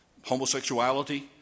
homosexuality